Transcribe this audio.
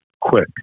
quick